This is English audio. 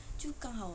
就刚好